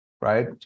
right